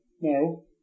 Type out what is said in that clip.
No